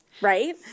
right